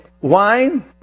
wine